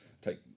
take